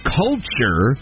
culture